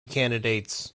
candidates